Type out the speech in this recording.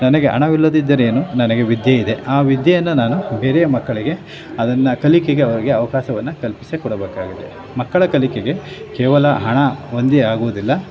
ನನಗೆ ಹಣವಿಲ್ಲದಿದ್ದರೇನು ನನಗೆ ವಿದ್ಯೆ ಇದೆ ಆ ವಿದ್ಯೆಯನ್ನು ನಾನು ಬೇರೆ ಮಕ್ಕಳಿಗೆ ಅದನ್ನು ಕಲಿಕೆಗೆ ಅವರಿಗೆ ಅವಕಾಶವನ್ನ ಕಲ್ಪಿಸಿಕೊಡಬೇಕಾಗಿದೆ ಮಕ್ಕಳ ಕಲಿಕೆಗೆ ಕೇವಲ ಹಣ ಒಂದೇ ಆಗುವುದಿಲ್ಲ